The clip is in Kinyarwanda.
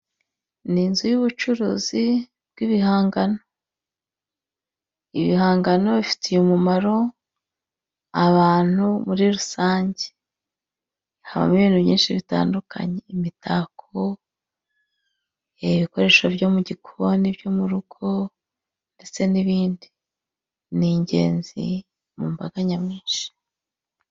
Ni inzu y'ubucuruzi bw'ibihangano ibihangano bifitiye umumaro abantu muri rusange habamo ibintu bitandukanye, imitako ibikoresho byo mu gikoni byo mu rugo ndetse n'ibindi n'ingenzi mu mbaga nyamwinshi.